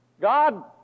God